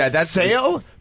Sale